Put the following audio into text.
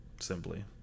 simply